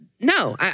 no